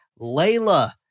Layla